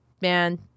man